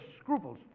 scruples